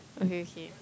okay okay